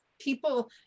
people